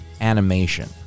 animation